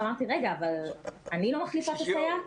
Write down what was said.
אמרתי, רגע, אבל אני לא מחליפה את הסייעת?